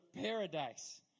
paradise